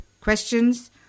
questions